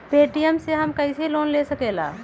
Paytm से हम कईसे लोन ले सकीले?